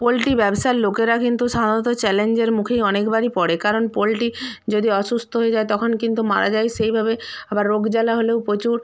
poultry ব্যবসার লোকেরা কিন্তু সাধারণত চ্যালেঞ্জের মুখেই অনেকবারই পড়ে কারণ পোল্ট্রি যদি অসুস্থ হয়ে যায় তখন কিন্তু মারা যায় সেইভাবে আবার রোগ জ্বালা হলেও প্রচুর